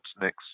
next